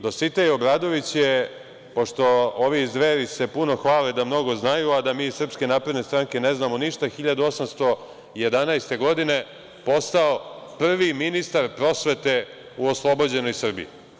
Dositej Obradović je, pošto se ovi iz Dveri puno hvale da mnogo znaju, a da mi iz SNS ne znamo ništa, 1811. godine postao prvi ministar prosvete u oslobođenoj Srbiji.